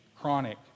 chronic